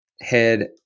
head